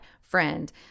friend